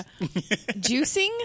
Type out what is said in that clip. Juicing